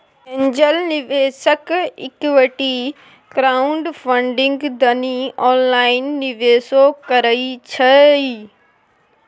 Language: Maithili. एंजेल निवेशक इक्विटी क्राउडफंडिंग दनी ऑनलाइन निवेशो करइ छइ